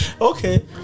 okay